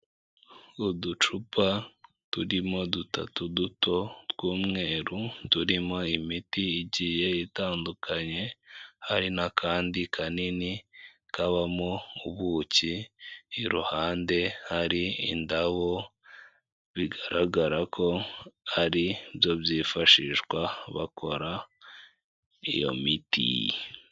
Uducupa turimo dutatu duto tw'umweru turimo imiti igiye itandukanye hari n'akandi kanini kabamo ubuki, iruhande hari indabo bigaragara ko ari ibyo byifashishwa bakora iyo miti.